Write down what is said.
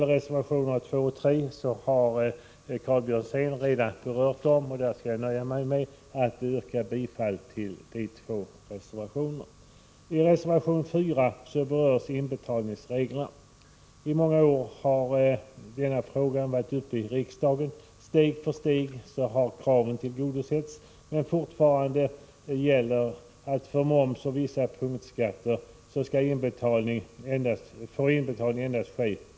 Reservationerna 2 och 3 har Karl Björzén redan berört, och jag skall nöja mig med att yrka bifall till dessa. I reservation 4 berörs inbetalningsreglerna. I många år har denna fråga varit uppe i riksdagen. Steg för steg har kraven tillgodosetts, men fortfarande måste moms och vissa punktskatter inbetalas via postgiro.